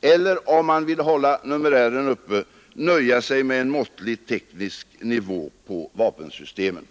medan de som vill hålla numerären uppe måste nöja sig med en måttlig teknisk nivå på vapensystemen.